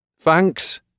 Thanks